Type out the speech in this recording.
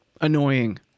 annoying